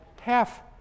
half